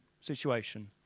situation